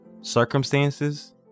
Circumstances